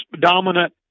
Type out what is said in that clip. dominant